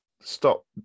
stop